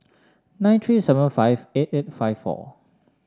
nine three seven five eight eight five four